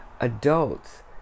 adults